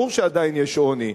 ברור שעדיין יש עוני,